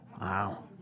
Wow